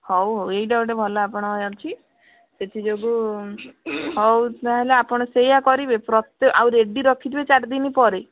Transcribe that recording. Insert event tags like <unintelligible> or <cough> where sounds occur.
ହଉ ହଉ ଏଇଟା ଗୋଟେ ଭଲ ଆପଣଙ୍କ <unintelligible> ଅଛି ସେଥିଯୋଗୁଁ ହଉ ତା' ହେଲେ ଆପଣ ସେଇଆ କରିବେ ପ୍ରତି ଆଉ ରେଡ଼ି ରଖିଥିବେ ଚାରି ଦିନ ପରେ